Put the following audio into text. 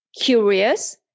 curious